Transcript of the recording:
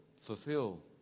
fulfill